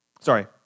Sorry